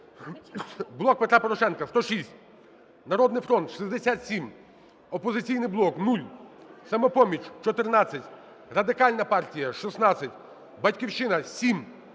"Блок Петра Порошенка" – 106, "Народний фронт" – 67, "Опозиційний блок" – 0, "Самопоміч" – 14, Радикальна партія – 16, "Батьківщина" – 7,